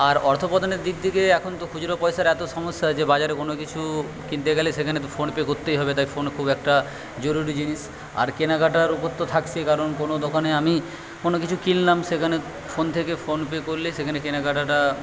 আর অর্থ প্রদানের দিক থেকে এখন তো খুচরো পয়সার এত সমস্যা যে বাজারে কোনো কিছু কিনতে গেলে সেখানে তো ফোনপে করতেই হবে তাই ফোন খুব একটা জরুরি জিনিস আর কেনাকাটার উপর তো থাকছেই কারণ কোনো দোকানে আমি কোনো কিছু কিনলাম সেখানে ফোন থেকে ফোনপে করলেই সেখানে কেনাকাটাটা